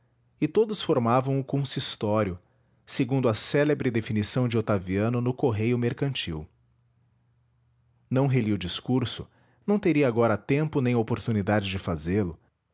e todos formavam o consistório segundo a célebre definição de otaviano no correio mercantil não reli o discurso não teria agora tempo nem oportunidade de fazê-lo